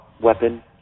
weapon